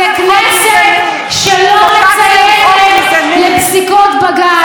זו כנסת שלא מצייתת לפסיקות בג"ץ.